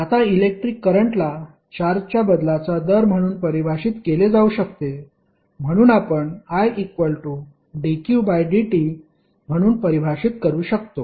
आता इलेक्ट्रिक करंटला चार्जच्या बदलाचा दर म्हणून परिभाषित केले जाऊ शकते म्हणून आपण Idqdt म्हणून परिभाषित करू शकतो